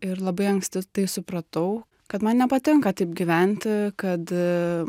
ir labai anksti tai supratau kad man nepatinka taip gyventi kad